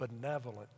benevolent